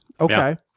okay